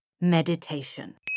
meditation